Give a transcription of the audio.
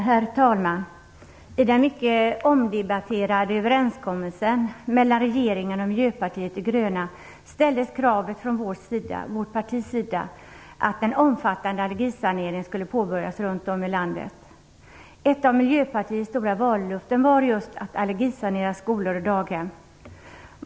Herr talman! I den mycket omdebatterade överenskommelsen mellan regeringen och Miljöpartiet de gröna ställdes kravet från vårt partis sida att en omfattande allergisanering skulle påbörjas runtom i landet. Ett av Miljöpartiets stora vallöften var just att allergisanera skolor och daghem.